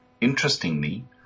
interestingly